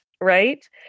right